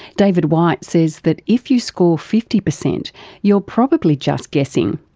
david white says that if you score fifty percent you're probably just guessing,